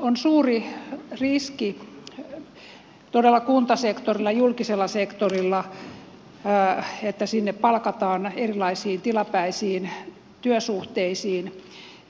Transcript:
on suuri riski todella kuntasektorilla julkisella sektorilla että sinne palkataan erilaisiin tilapäisiin työsuhteisiin